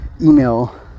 email